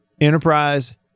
Enterprise